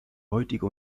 heutige